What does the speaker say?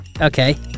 Okay